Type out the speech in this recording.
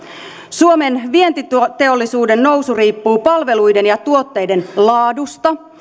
suomen vientiteollisuuden nousu riippuu palveluiden ja tuotteiden laadusta